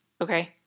Okay